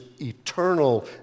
eternal